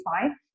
fine